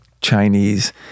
Chinese